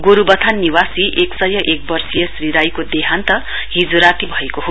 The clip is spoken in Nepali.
गोरुवथान निवासीय एक सय एक वर्षीय श्री राईको देहान्त हिजो राती भएको हो